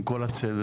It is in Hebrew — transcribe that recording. עם כל הצוות,